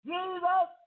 Jesus